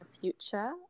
future